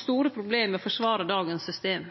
store problem med å forsvare dagens system.